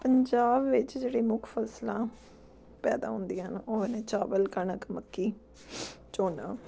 ਪੰਜਾਬ ਵਿੱਚ ਜਿਹੜੀ ਮੁੱਖ ਫ਼ਸਲਾਂ ਪੈਦਾ ਹੁੰਦੀਆਂ ਹਨ ਉਹ ਹਨ ਚਾਵਲ ਕਣਕ ਮੱਕੀ ਝੋਨਾ